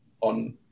on